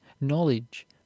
knowledge